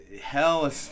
Hell